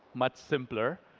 much simpler.